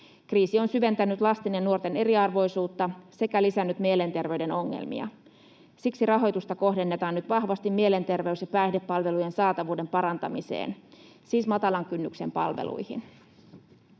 Kriisi on syventänyt lasten ja nuorten eriarvoisuutta sekä lisännyt mielenterveyden ongelmia. Siksi rahoitusta kohdennetaan nyt vahvasti mielenterveys‑ ja päihdepalvelujen saatavuuden parantamiseen, siis matalan kynnyksen palveluihin.